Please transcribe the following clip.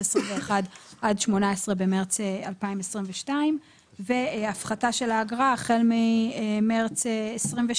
2021 עד 18 במרץ 2022 - והפחתה של האגרה החל ממרץ 2022